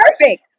perfect